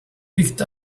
picked